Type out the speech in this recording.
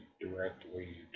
directly